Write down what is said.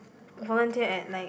volunteer at like